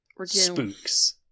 Spooks